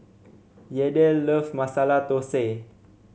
Yadiel love Masala Thosai